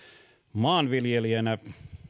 maanviljelijänä